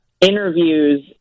interviews